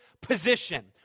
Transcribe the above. position